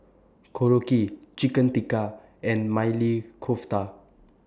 Korokke Chicken Tikka and Maili Kofta